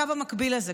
הקו המקביל הזה,